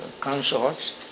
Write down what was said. consorts